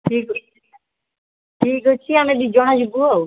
ଠିକ୍ ଠିକ୍ ଅଛି ଆମେ ଦୁଇ ଜଣ ଯିବୁ ଆଉ